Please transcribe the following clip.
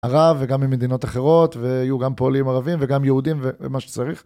ערב וגם ממדינות אחרות ויהיו גם פועלים ערבים וגם יהודים ומה שצריך